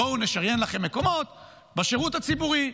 בואו בשירות הציבורי,